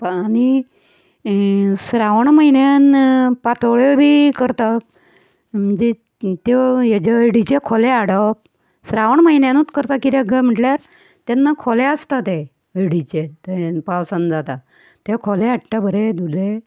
आनी श्रावण म्हयन्यान पातोळ्यो आमी करतात म्हणजे त्यो हेज्यो हळदीचे खोले हाडप श्रावण म्हयन्यानूच करता कित्याक कांय म्हटल्यार तेन्ना खोले आसता ते हळदीचे ते पावसान जाता ते खोले हाडटा बरे धुले